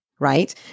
right